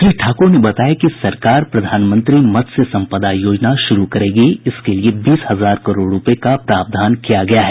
श्री ठाकुर ने बताया कि सरकार प्रधानमंत्री मत्स्य संपदा योजना शुरू करेगी इसके लिए बीस हजार करोड रूपये का प्रावधान किया गया है